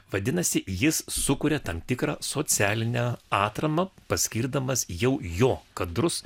vadinasi jis sukuria tam tikrą socialinę atramą paskirdamas jau jo kadrus